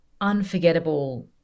unforgettable